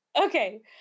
Okay